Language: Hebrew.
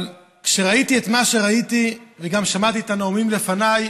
אבל כשראיתי את מה שראיתי וגם שמעתי את הנאומים לפניי,